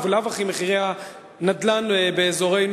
ובלאו הכי מחירי הנדל"ן באזורנו,